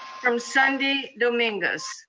from sundee dominguez.